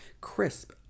crisp